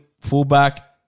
Fullback